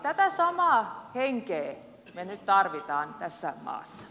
tätä samaa henkeä me nyt tarvitsemme tässä maassa